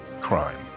crime